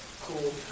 cool